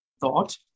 thought